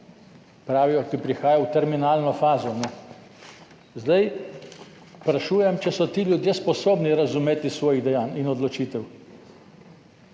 pravijo, ki prihajajo v terminalno fazo, zdaj sprašujem, če so ti ljudje sposobni razumeti svoja dejanja in odločitve.